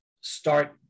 start